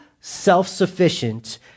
self-sufficient